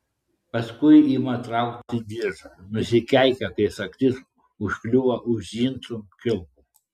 paskui ima traukti diržą nusikeikia kai sagtis užkliūva už džinsų kilpų